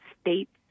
states